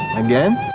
again?